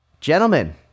Gentlemen